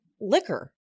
liquor